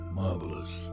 marvelous